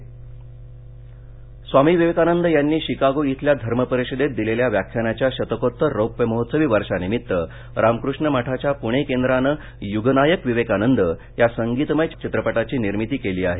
रामकृष्ण मठ स्वामी विवेकानंद यांनी शिकागो इथल्या धर्म परिषदेत दिलेल्या व्याख्यानाच्या शतकोत्तर रौप्य महोत्सवी वर्षानिमित्त रामकृष्ण मठाच्या पूणे केंद्रानं यूगनायक विवेकानंद या संगीतमय चरित्रपटाची निर्मिती केली आहे